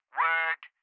word